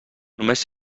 només